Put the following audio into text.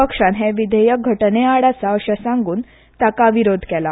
पक्षान हे विधेयक घटनेआड आसा अर्शे सांगून तांका विरोध केला